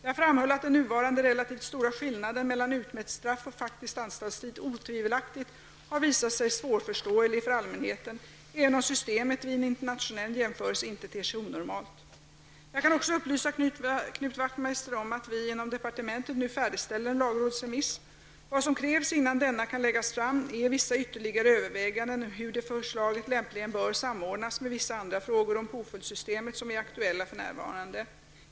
Jag framhöll att den nuvarande relativt stora skillnaden mellan utmätt straff och faktisk anstaltstid otvivelaktigt har visat sig svårförståelig för allmänheten, även om systemet vid en internationell jämförelse inte ter sig onormalt. Jag kan också upplysa Knut Wachtmeister om att vi inom departementet nu färdigställer en lagrådsremiss. Vad som krävs innan denna kan läggas fram är vissa ytterligare överväganden om hur det förslaget lämpligen bör samordnas med vissa andra frågor om påföljdssystemet som är aktuella för närvarande.